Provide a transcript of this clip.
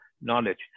knowledge